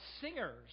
singers